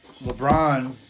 LeBron